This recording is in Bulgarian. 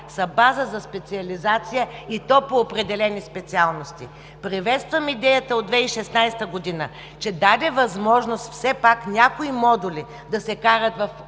са база за специализация и то по определени специалности. Приветствам идеята от 2016 г., че даде възможност все пак някои модули да се вкарат в